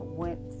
went